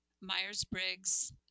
Myers-Briggs